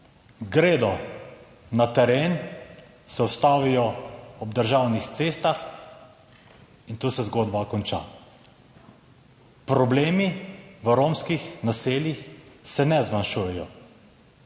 Gredo na teren, se ustavijo ob državnih cestah in tu se zgodba konča. Problemi v romskih naseljih se ne zmanjšujejo.